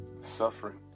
suffering